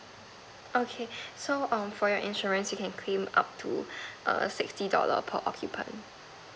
okay so um for your insurance you can claim up to err sixty dollar per occupant